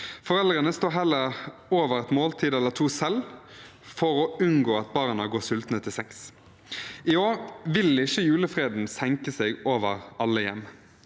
Foreldrene står heller over et måltid eller to selv for å unngå at barna går sultne til sengs. I år vil ikke julefreden senke seg over alle hjem.